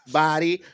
body